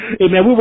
Amen